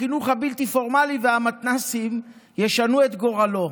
החינוך הבלתי-פורמלי והמתנ"סים ישנו את גורלו,